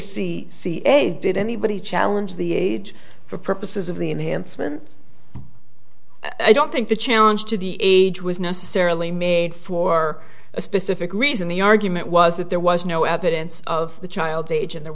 a did anybody challenge the age for purposes of the enhancement i don't think the challenge to the age was necessarily made for a specific reason the argument was that there was no evidence of the child's age in the